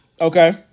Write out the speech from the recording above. Okay